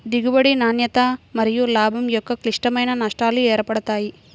దిగుబడి, నాణ్యత మరియులాభం యొక్క క్లిష్టమైన నష్టాలు ఏర్పడతాయి